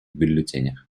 бюллетенях